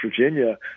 Virginia